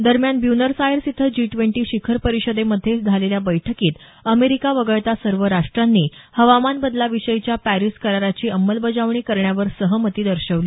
दरम्यान Buenos Aires इथं G twenty शिखर परिषदेमधे झालेल्या बैठकीत अमेरिका वगळता सर्व राष्ट्रांनी हवामान बदलाविषयीच्या पॅरिस कराराची अंमलबजावणी करण्यावर सहमती दर्शवली